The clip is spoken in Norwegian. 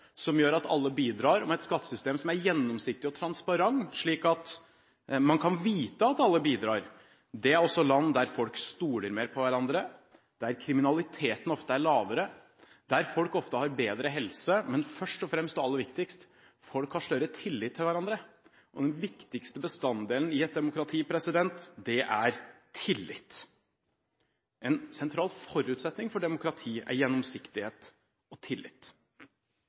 som gjør at alle bidrar, og med et skattesystem som er gjennomsiktig og transparent, slik at man kan vite at alle bidrar, er også land der folk stoler mer på hverandre, der kriminaliteten ofte er lavere, der folk ofte har bedre helse, men først og fremst og aller viktigst: Folk har større tillit til hverandre. Og den viktigste bestanddelen i et demokrati er tillit. En sentral forutsetning for demokrati er gjennomsiktighet og tillit.